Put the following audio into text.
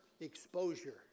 exposure